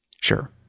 Sure